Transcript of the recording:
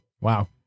Wow